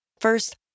First